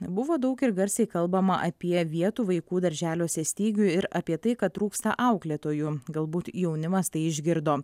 buvo daug ir garsiai kalbama apie vietų vaikų darželiuose stygių ir apie tai kad trūksta auklėtojų galbūt jaunimas tai išgirdo